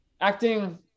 acting